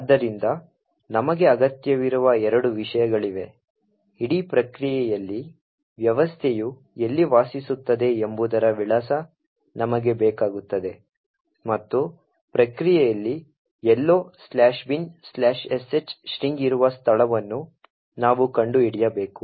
ಆದ್ದರಿಂದ ನಮಗೆ ಅಗತ್ಯವಿರುವ ಎರಡು ವಿಷಯಗಳಿವೆ ಇಡೀ ಪ್ರಕ್ರಿಯೆಯಲ್ಲಿ ವ್ಯವಸ್ಥೆಯು ಎಲ್ಲಿ ವಾಸಿಸುತ್ತದೆ ಎಂಬುದರ ವಿಳಾಸ ನಮಗೆ ಬೇಕಾಗುತ್ತದೆ ಮತ್ತು ಪ್ರಕ್ರಿಯೆಯಲ್ಲಿ ಎಲ್ಲೋ binsh ಸ್ಟ್ರಿಂಗ್ ಇರುವ ಸ್ಥಳವನ್ನು ನಾವು ಕಂಡುಹಿಡಿಯಬೇಕು